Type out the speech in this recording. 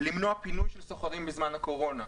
למנוע פינוי של שוכרים בזמן הקורונה,